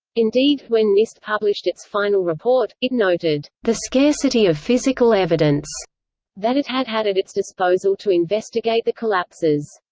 indeed, when nist published its final report, it noted the scarcity of physical evidence that it had had at its disposal to investigate the collapses.